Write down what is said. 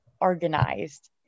organized